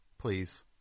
Please